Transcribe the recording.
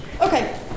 Okay